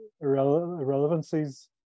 irrelevancies